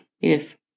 Yes